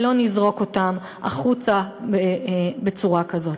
ולא נזרוק אותם החוצה בצורה כזאת.